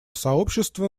сообщества